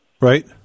Right